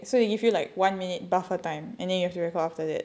so they give you like one minute buffer time and then you have to record after that